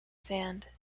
sand